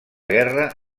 guerra